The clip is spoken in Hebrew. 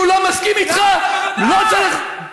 לא צריך, למה?